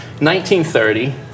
1930